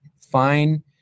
fine